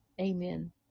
Amen